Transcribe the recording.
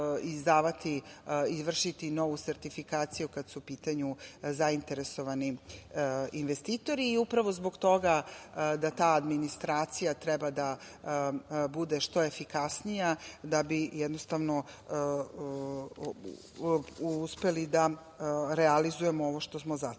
izvršiti novu sertifikaciju, kada su u pitanju zainteresovani investitori i upravo zbog toga da ta administracija treba da bude što efikasnija, da bi jednostavno uspeli da realizujemo ovo što smo zacrtali.E,